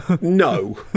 no